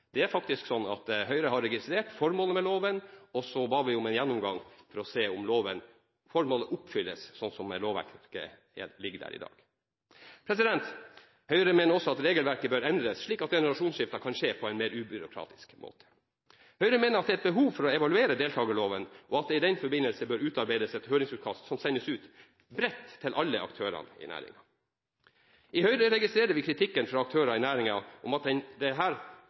det redegjøres for om disse bidrar til at lovens formål faktisk oppnås, hvilke positive og negative konsekvenser eierbegrensningene har hatt og har samt å vurdere et skille basert på båtenes størrelse. Høyre har registrert formålet med loven, men så ba vi om en gjennomgang for å se om lovens formål oppfylles, slik som lovverket ligger der i dag. Høyre mener også at regelverket bør endres slik at generasjonsskifter kan skje på en mer ubyråkratisk måte. Høyre mener at det er et behov for å evaluere deltakerloven, og at det i den forbindelse bør utarbeides et høringsutkast som sendes ut bredt til alle aktørene i næringen. I Høyre registrerer